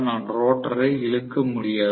நான் ரோட்டரை இழுக்க முடியாது